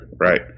right